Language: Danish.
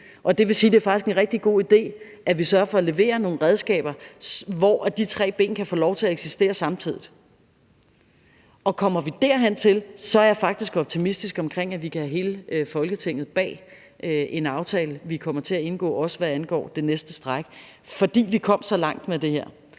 Det vil sige, at det faktisk er en rigtig god idé, at vi sørger for at levere nogle redskaber, hvor de tre ben kan få lov til at eksistere samtidig. Og kommer vi derhen, er jeg faktisk optimistisk, med hensyn til at vi kan få hele Folketinget bag en aftale, vi kommer til at indgå, også hvad angår det næste stræk, altså fordi vi kom så langt med det her.